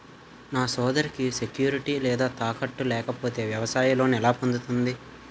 నా సోదరికి సెక్యూరిటీ లేదా తాకట్టు లేకపోతే వ్యవసాయ లోన్ ఎలా పొందుతుంది?